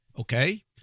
Okay